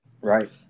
Right